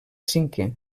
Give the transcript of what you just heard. cinquè